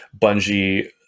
bungie